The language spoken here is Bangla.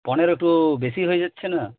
পনেরো একটু বেশি হয়ে যাচ্ছে না